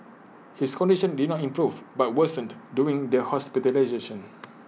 his condition did not improve but worsened during their hospitalisation